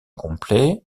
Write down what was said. complet